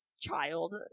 child